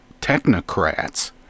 technocrats